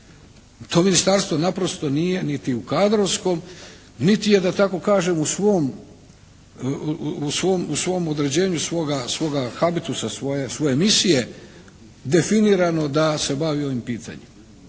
To Ministarstvo naprosto nije niti u kadrovskom niti je da tako kažem u svom, u svom određenju svoga habitusa, svoje misije definirano da se bavi ovim pitanjima.